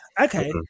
Okay